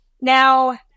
Now